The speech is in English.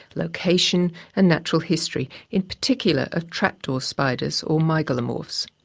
location and natural history, in particular of trapdoor spiders or mygalomorphs.